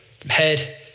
head